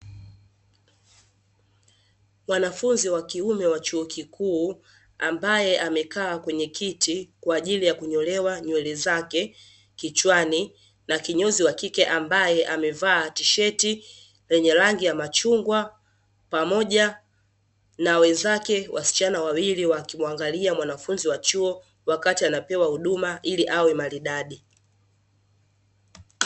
Mwanafunzi wa kiume wa chuo kikuu, ambaye amekaa kwenye kiti kwa ajili ya kunyolewa nywele zake kichwani na kinyozi wa kike; ambaye amevaa tisheti lenye rangi ya machungwa pamoja na wenzake wasichana wawili, wakiwaangalia mwanafunzi wa chuo wakati anapewa huduma ili awe maridadi.